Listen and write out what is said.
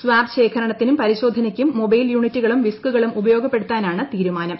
swab ശേഖരണ്ടത്തിനും പരിശോധനയ്ക്കും mobile യൂണിറ്റുകളുംവിസ്കുകളും ഉപയോഗപ്പെടുത്താനാണ് തീരുമാനം